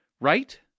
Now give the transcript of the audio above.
right